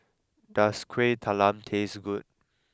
does Kuih Talam taste good